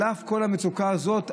על אף כל המצוקה הזאת,